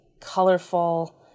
colorful